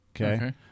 Okay